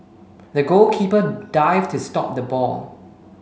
the goalkeeper dived to stop the ball